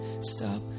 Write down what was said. stop